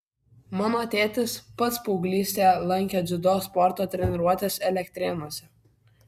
mano tėtis pats paauglystėje lankė dziudo sporto treniruotes elektrėnuose